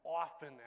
often